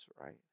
right